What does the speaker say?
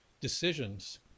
decisions